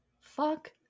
Fuck